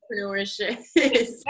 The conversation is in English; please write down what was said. entrepreneurship